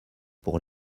pour